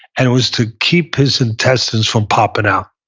and it was to keep his intestines from popping out.